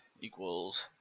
equals